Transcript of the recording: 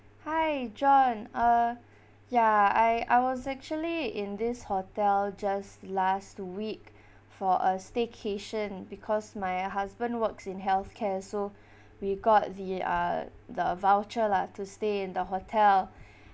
hi john uh ya I I was actually in this hotel just last week for a staycation because my husband works in healthcare so we got the uh the voucher lah to stay in the hotel